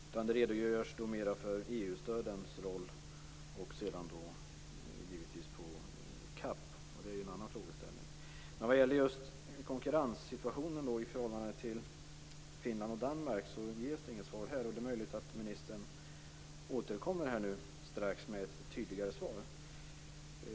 I svaret redogörs det mer för EU-stödens roll och givetvis också för frågan om CAP, och det är ju andra frågor. Det ges inget svar vad gäller konkurrenssituationen i förhållande till Finland och Danmark. Men det är möjligt att ministern strax återkommer här med ett tydligare svar.